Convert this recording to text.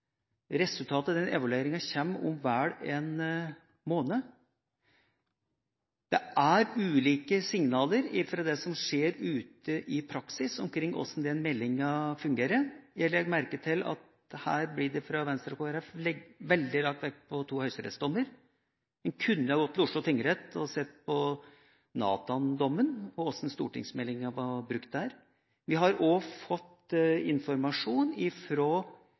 Resultatet av den evalueringa kommer om vel én måned. Det er ulike signaler om det som skjer i praksis når det gjelder hvordan meldinga fungerer. Jeg legger merke til at det her fra Venstre og Kristelig Folkeparti blir lagt veldig vekt på to høyesterettsdommer. En kunne gått til Oslo tingrett og sett på Nathan-dommen og hvordan stortingsmeldinga ble brukt der. Vi har også fått informasjon